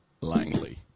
Langley